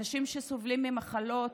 אנשים שסובלים ממחלות,